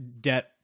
debt